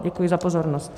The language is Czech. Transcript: Děkuji za pozornost.